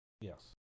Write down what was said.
Yes